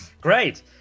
Great